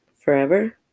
Forever